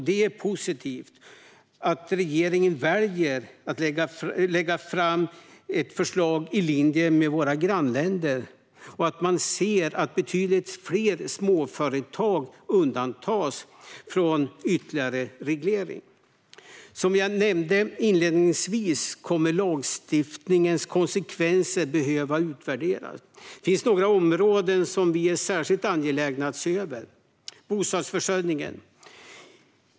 Det är positivt att regeringen väljer att lägga fram ett förslag som är i linje med vad som gäller i våra grannländer och att man ser till att betydligt fler småföretag undantas från ytterligare reglering. Som jag nämnde inledningsvis kommer lagstiftningens konsekvenser att behöva utvärderas. Det finns några områden som vi är särskilt angelägna att se över. Det gäller bostadsförsörjningen.